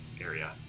area